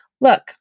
Look